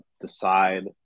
decide